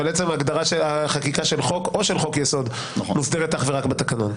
אבל עצם החקיקה של חוק או של חוק-יסוד מוסדרת אך ורק בתקנון.